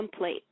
template